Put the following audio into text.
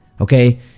okay